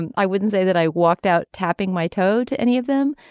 and i wouldn't say that i walked out tapping my toe to any of them.